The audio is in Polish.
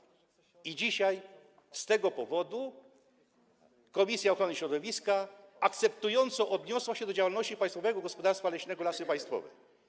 I dzisiaj z tego powodu komisja ochrony środowiska z akceptacją odniosła się do działalności Państwowego Gospodarstwa Leśnego Lasy Państwowe.